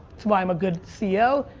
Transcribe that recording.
that's why i'm a good ceo.